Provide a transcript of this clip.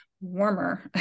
warmer